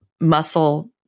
muscle